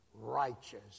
righteous